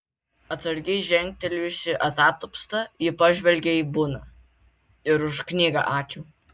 atsargiai žengtelėjusi atatupsta ji pažvelgė į buną ir už knygą ačiū